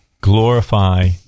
glorify